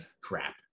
crap